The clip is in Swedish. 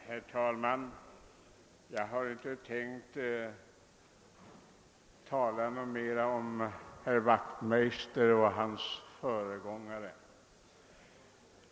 Herr talman! Jag hade inte tänkt att tala mer om herr Wachtmeister och hans föregångare.